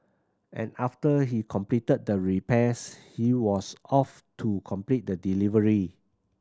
and after he completed the repairs he was off to complete the delivery